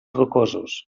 rocosos